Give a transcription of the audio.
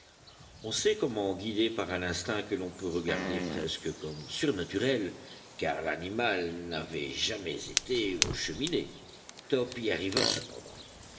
on sait comment guidé par un instinct que l'on peut regarder presque comme surnaturel car l'animal n'avait jamais été aux cheminées top y arriva cependant